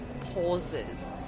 pauses